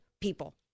people